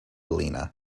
lena